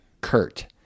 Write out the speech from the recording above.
Kurt